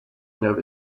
nova